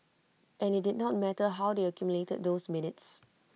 and IT did not matter how they accumulated those minutes